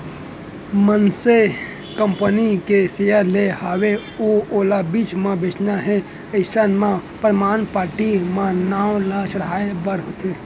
मनसे कंपनी के सेयर ले हवय अउ ओला बीच म बेंचना हे अइसन म परमान पाती म नांव ल चढ़हाय बर होथे